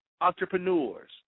entrepreneurs